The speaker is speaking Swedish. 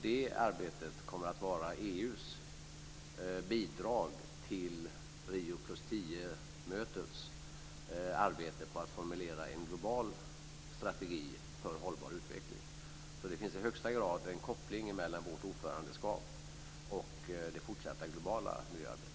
Det arbetet kommer att vara EU:s bidrag till Rio + 10-mötets arbete på att formulera en global strategi för hållbar utveckling. Det finns i högsta grad en koppling mellan vårt ordförandeskap och det fortsatta globala miljöarbetet.